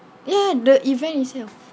ya the event itself